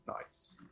nice